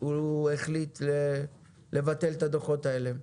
הוא החליט לבטל את הדוחות האלה?